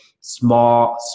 small